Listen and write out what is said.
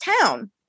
town